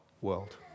world